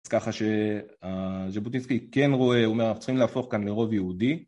אז ככה שז'בוטינסקי כן רואה, הוא אומר, אנחנו כן צריכים להפוך כאן לרוב יהודי.